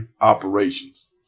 operations